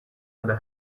under